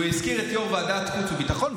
הוא הזכיר את יו"ר ועדת החוץ והביטחון,